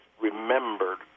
remembered